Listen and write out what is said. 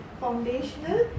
Foundational